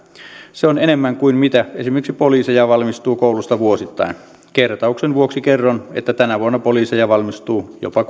se on enemmän kuin mitä esimerkiksi poliiseja valmistuu koulusta vuosittain kertauksen vuoksi kerron että tänä vuonna poliiseja valmistuu jopa